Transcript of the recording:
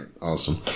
Awesome